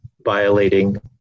violating